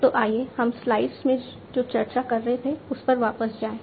तो आइए हम स्लाइड्स में जो चर्चा कर रहे थे उस पर वापस जाएं